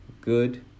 good